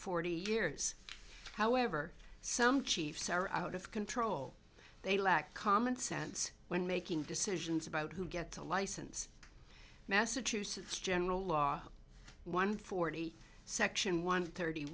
forty years however some chiefs are out of control they lack common sense when making decisions about who gets a license massachusetts general law one forty section one thirty